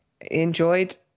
enjoyed